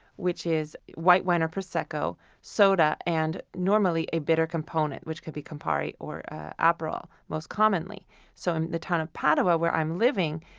which is white wine or prosecco, soda, and normally a bitter component, which could be campari or aperol, most commonly so in the town of padua, where i'm living,